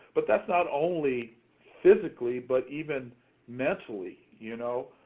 but that's not only physically, but even mentally, you know?